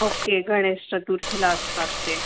okay Ganesh चतुर्थीला असतात ते